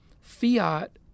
fiat